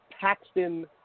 Paxton